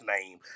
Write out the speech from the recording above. name